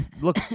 look